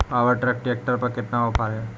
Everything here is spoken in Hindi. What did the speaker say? पावर ट्रैक ट्रैक्टर पर कितना ऑफर है?